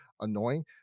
annoying